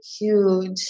huge